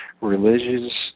religious